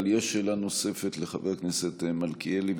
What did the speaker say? אבל יש שאלה נוספת לחבר הכנסת מלכיאלי,